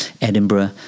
edinburgh